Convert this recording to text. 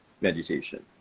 meditation